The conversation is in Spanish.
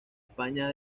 españa